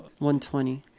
120